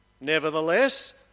Nevertheless